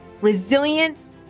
resilience